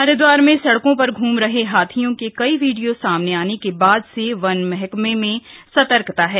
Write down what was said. हरिदवार में सड़कों पर घूम रहे हाथियों के कई वीडियो सामने आने के बाद से वन महकम सतर्क हो गया है